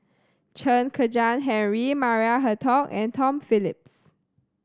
Chen Kezhan Henri Maria Hertogh and Tom Phillips